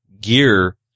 gear